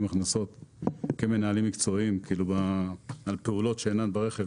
הכנסות כמנהלים מקצועיים על פעולות שאינן ברכב.